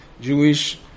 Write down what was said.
Jewish